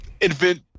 invent